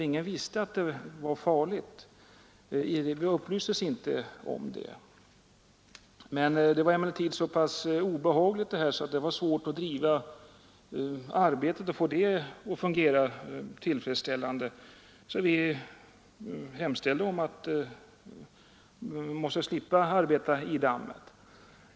Ingen visste att det var farligt — man hade inte upplyst om det. Det var emellertid så obehagligt och så svårt att driva arbetet och få det att fungera tillfredsställande, att vi hemställde om att slippa arbeta i dammet.